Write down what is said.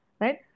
right